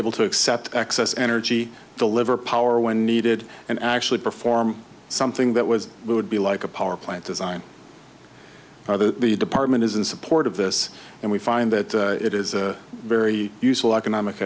able to accept excess energy deliver power when needed and actually perform something that was would be like a power plant design or the department is in support of this and we find that it is a very useful economic